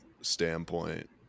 standpoint